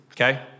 okay